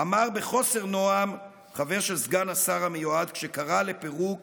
אמר בחוסר נועם חבר של סגן השר המיועד כשקרא לפירוק